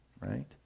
right